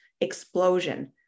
explosion